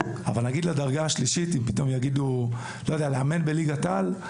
אבל אם ייקבע שמאמן בדרגה השלישית יאמן בליגת על,